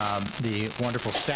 לחברי הוועדה